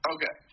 Okay